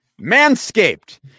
Manscaped